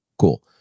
Cool